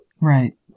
Right